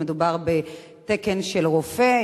אז מדובר בתקן של רופא,